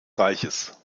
reiches